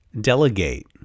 delegate